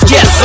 Yes